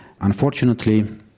Unfortunately